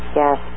yes